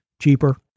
cheaper